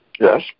Yes